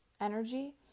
energy